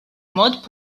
mod